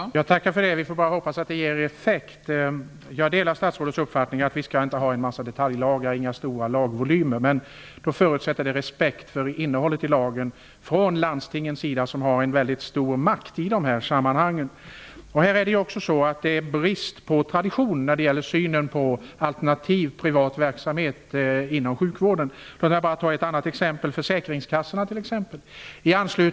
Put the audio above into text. Fru talman! Jag tackar för det. Vi för bara hoppas att det ger effekt. Jag delar statsrådets uppfattning att vi inte skall ha stora lagvolymer och en mängd detaljlagar, men detta förutsätter att landstingen visar respekt för lagen. Landstingen har i dessa sammanhang en mycket stor makt. Det finns vidare en brist på tradition i synen på alternativ privat verksamhet inom sjukvården. Låt mig i detta sammanhang ta försäkringskassorna som exempel.